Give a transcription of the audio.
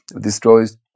destroys